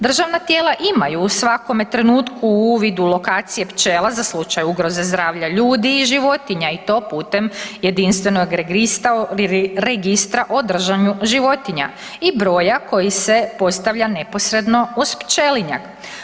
Državna tijela imaju u svakome trenutku uvid u lokacije pčela za slučaj ugroze zdravlja ljudi i životinja i to putem jedinstvenog registra o držanju životinja i broja koji se postavlja neposredno uz pčelinjak.